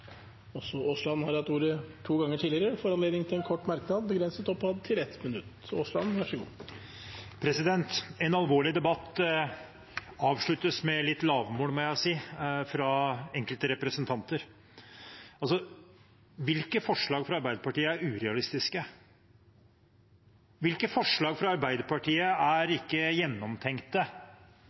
har hatt ordet to ganger tidligere og får ordet til en kort merknad, begrenset til 1 minutt. En alvorlig debatt avsluttes med litt lavmål, må jeg si, fra enkelte representanter. Hvilke forslag fra Arbeiderpartiet er urealistiske? Hvilke forslag fra Arbeiderpartiet er ikke